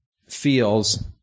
feels